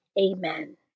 Amen